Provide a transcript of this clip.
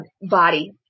body